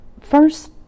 first